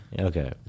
Okay